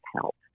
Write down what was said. help